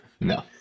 No